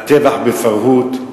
הטבח "פרהוד",